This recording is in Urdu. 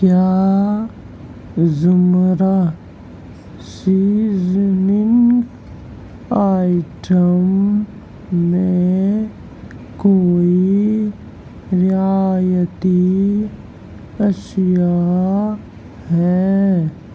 کیا زمرہ سیزننگ آئٹم میں کوئی رعایتی اشیاء ہیں